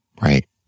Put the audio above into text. Right